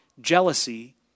jealousy